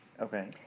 okay